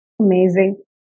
Amazing